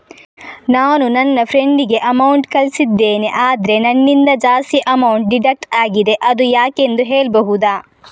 ನಾನು ನನ್ನ ಫ್ರೆಂಡ್ ಗೆ ಅಮೌಂಟ್ ಕಳ್ಸಿದ್ದೇನೆ ಆದ್ರೆ ನನ್ನಿಂದ ಜಾಸ್ತಿ ಅಮೌಂಟ್ ಡಿಡಕ್ಟ್ ಆಗಿದೆ ಅದು ಯಾಕೆಂದು ಹೇಳ್ಬಹುದಾ?